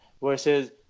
versus